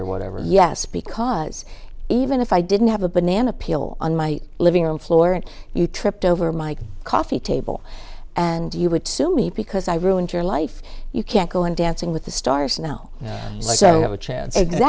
or whatever yes because even if i didn't have a banana peel on my living room floor and you tripped over my coffee table and you would sue me because i ruined your life you can't go in dancing with the stars now so have a chance